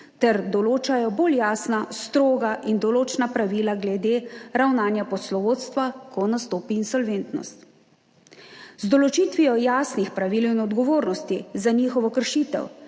ter določajo bolj jasna, stroga in določna pravila glede ravnanja poslovodstva, ko nastopi insolventnost. Z določitvijo jasnih pravil in odgovornosti za njihovo kršitev